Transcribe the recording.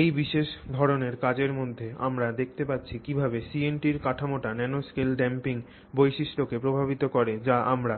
এই বিশেষ ধরণের কাজের মধ্যে আমরা দেখতে পাচ্ছি কীভাবে CNT র কাঠামোটি ন্যানোস্কেলে ড্যাম্পিং বৈশিষ্ট্যকে প্রভাবিত করে যা আমরা